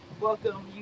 Welcome